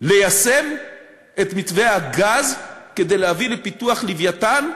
ליישם את מתווה הגז, כדי להביא לפיתוח "לווייתן",